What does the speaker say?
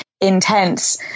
intense